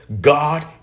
God